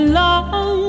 long